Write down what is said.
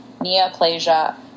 neoplasia